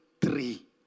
three